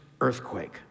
earthquake